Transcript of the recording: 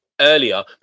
earlier